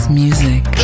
music